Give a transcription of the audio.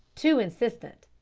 too insistent.